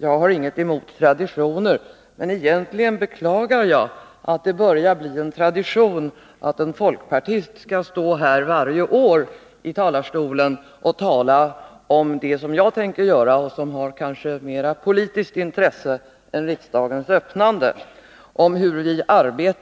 Jag har inget emot traditioner, men egentligen beklagar jag att det börjar bli en tradition att en folkpartist varje år står här i talarstolen och talar om det som jag tänker ta upp och som kanske har ett större politiskt intresse än riksdagens öppnande, nämligen hur vi